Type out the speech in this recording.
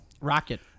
Rocket